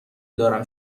دارم